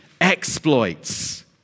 exploits